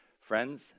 Friends